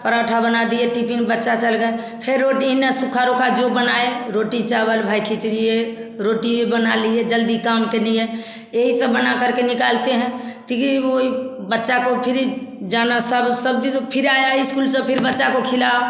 पराँठा बना दिए टिफिन बच्चा चल गई फिर रोटी इन्हें जो सुखा सुखा जो बनाए रोटी चावल भाई खिचड़ी रोटी बना लिए जल्दी काम के लिए यही सब बना कर के निकालते हैं की वही बच्चा को फिर जाना सब सब दिन फिर आया स्कूल से फिर बच्चा को खिलाओ